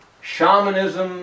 shamanism